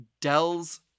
Dells